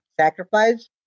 sacrifice